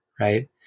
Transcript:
right